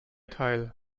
teil